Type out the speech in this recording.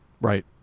Right